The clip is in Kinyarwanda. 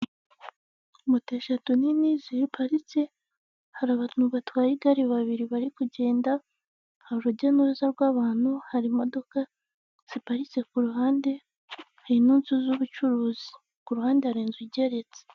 Moto eshatu nini ziparitse, hari abantu batwaye igare babiri bari kugenda, hari urujya n'uruza rw'abantu, hari imodoka ziparitse ku ruhande, hari n'inzu z'ubucuruzi. Ku ruhande hari inzu igeretse.